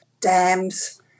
dams